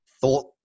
thought